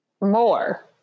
more